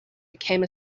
became